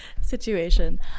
situation